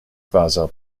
kvazaŭ